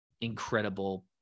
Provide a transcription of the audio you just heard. incredible